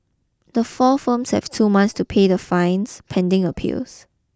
the four firms have two months to pay the fines pending appeals